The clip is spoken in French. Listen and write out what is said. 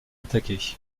attaquer